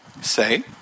Say